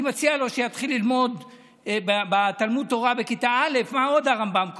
אני מציע לו שיתחיל ללמוד בתלמוד תורה בכיתה א' מה עוד הרמב"ם כותב,